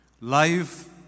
life